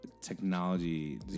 technology